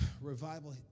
revival